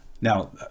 Now